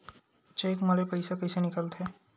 Cheque म ले पईसा कइसे निकलथे?